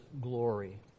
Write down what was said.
glory